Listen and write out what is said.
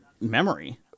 memory